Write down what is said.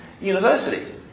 university